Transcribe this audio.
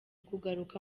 kugaruka